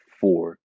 four